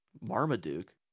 Marmaduke